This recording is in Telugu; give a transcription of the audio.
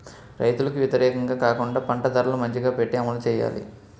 రైతులకు వ్యతిరేకంగా కాకుండా పంట ధరలు మంచిగా పెట్టి అమలు చేయాలి